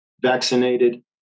vaccinated